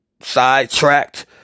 sidetracked